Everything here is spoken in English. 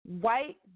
white